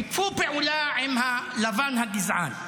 שיתפו פעולה עם הלבן הגזען.